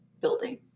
building